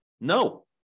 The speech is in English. No